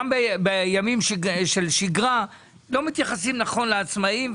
גם בימים של שגרה לא מתייחסים נכון לעצמאים,